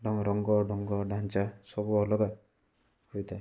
ଢଙ୍ଗ ରଙ୍ଗ ଢଙ୍ଗ ଢାଞ୍ଚା ସବୁ ଅଲଗା ହୋଇଥାଏ